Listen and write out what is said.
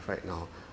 right now